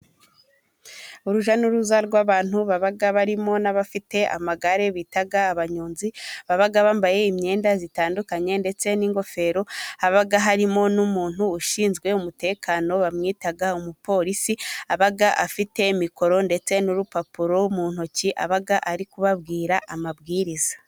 Urujya n'uruza rw'abantu baba barimo n'abafite amagare bita abanyonzi, baga bambaye imyenda itandukanye ndetse n'ingofero. Haba harimo n'umuntu ushinzwe umutekano bamwita umupolisi. Aba afite mikoro ndetse n'urupapuro mu ntoki aba ari kubabwira amabwiriza.